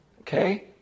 Okay